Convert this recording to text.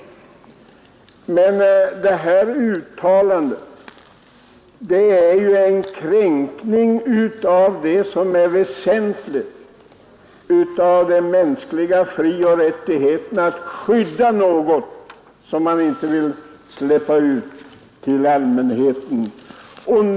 Detta uttalande är en kränkning av något som är väsentligt, av den mänskliga frioch rättigheten att skydda något som man inte vill lämna ut till 33 andra.